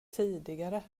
tidigare